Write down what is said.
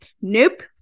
nope